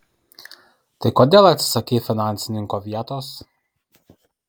tai kodėl atsisakei finansininko vietos